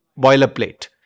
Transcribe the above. boilerplate